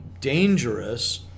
dangerous